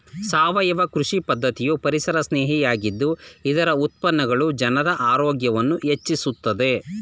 ಸಾವಯವ ಕೃಷಿ ಪದ್ಧತಿಯು ಪರಿಸರಸ್ನೇಹಿ ಆಗಿದ್ದು ಇದರ ಉತ್ಪನ್ನಗಳು ಜನರ ಆರೋಗ್ಯವನ್ನು ಹೆಚ್ಚಿಸುತ್ತದೆ